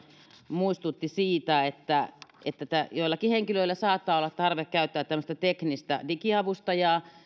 muistutti siitä että että joillakin henkilöillä saattaa olla tarve käyttää tämmöistä teknistä digiavustajaa